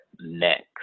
next